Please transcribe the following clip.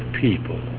people